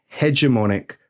hegemonic